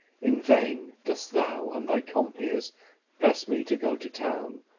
in vain dost thou and thy compeers press me to go to town,